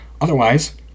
Otherwise